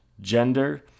gender